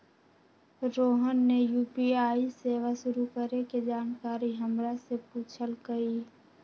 रोहन ने यू.पी.आई सेवा शुरू करे के जानकारी हमरा से पूछल कई